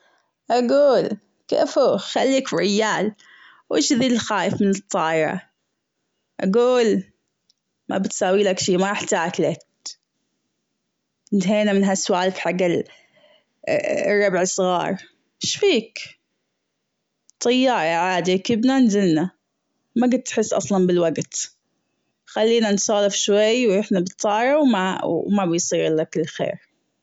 أجول كيفو خليك رجال وايش ذي اللي خايف من الطايرة اجول ما بتسويلك شي ما راح تاكلج انتهينا من ها السوالف حق الربع صار ايش فيك طيارة عادي ركبنا نزلنا ما كنت تحس أصلا بالوقت خلينا نسولف شوي واحنا بالطايرة وما بيصير إلا كل خير.